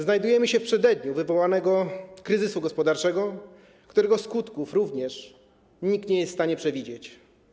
Znajdujemy się w przededniu wywołanego kryzysu gospodarczego, którego skutków również nikt nie jest w stanie przewidzieć.